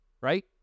right